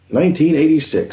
1986